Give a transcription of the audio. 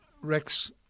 Rex